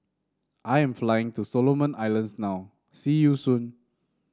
I am flying to Solomon Islands now see you soon